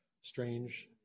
strange